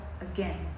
again